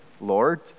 Lord